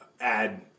add